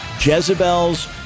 Jezebel's